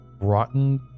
rotten